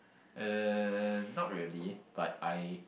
uh not really but I